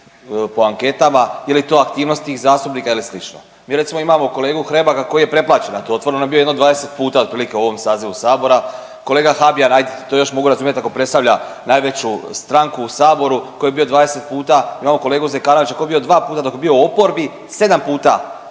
po anketama, je li to aktivnost tih zastupnika ili slično. Mi recimo imamo kolegu Hrebaka koji je preplaćen na to Otvoreno. On je bio jedno 20 puta otprilike u ovom sazivu Sabora. Kolega Habijan, hajd' to još mogu razumjeti ako predstavlja najveću stranku u Saboru koji je bio 20 puta, imamo kolegu Zekanovića koji je bio 2 puta dok je bio u oporbi, 7 puta